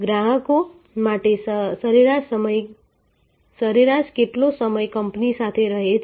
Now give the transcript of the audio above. ગ્રાહકો માટે સરેરાશ કેટલો સમય કંપની સાથે રહે છે